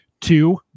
Two